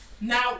now